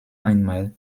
einmal